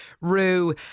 Rue